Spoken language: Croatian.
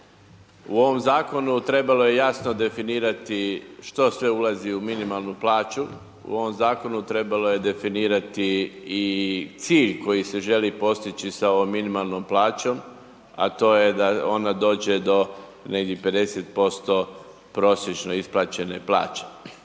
U ovom Zakonu trebalo je jasno definirati što sve ulazi u minimalnu plaću, u ovom Zakonu trebalo je definirati i cilj koji se želi postići sa ovom minimalnom plaćom, a to je da ona dođe do negdje 50% prosječno isplaćene plaće.